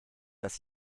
dass